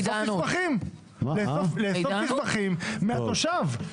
לאסוף מסמכים מהתושב.